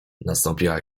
nastąpiła